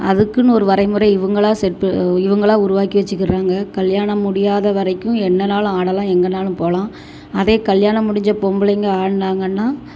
அதுக்குன்னு ஒரு வரைமுறை இவங்களா செட்பு இவங்களா உருவாக்கி வச்சுக்கிறாங்க கல்யாணம் முடியாத வரைக்கும் எண்ணானாலும் ஆடலாம் எங்கனாலும் போகலாம் அதே கல்யாணம் முடிஞ்ச பொம்பளைங்க ஆடுனாங்கன்னா